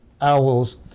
owls